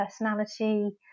personality